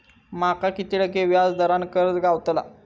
माका किती टक्के व्याज दरान कर्ज गावतला?